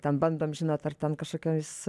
ten bandom žinot ar ten kažkokias